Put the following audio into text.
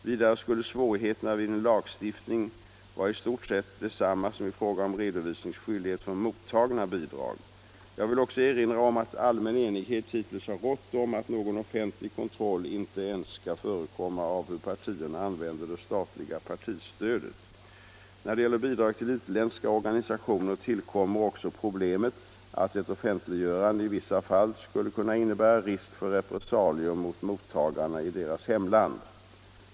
Vidare skulle svårigheterna vid en lagstiftning vara i stort sett desamma som i fråga om redovisningsskyldighet för mottagna bidrag. Jag vill också erinra om att allmän enighet hittills har rått om att någon offentlig kontroll inte ens skall förekomma av hur partierna använder det statliga partistödet. När det gäller bidrag till utländska organisationer tillkommer också problemet att ett offentliggörande i vissa fall skulle kunna innebära risk för repressalier mot mottagarna i deras hemland.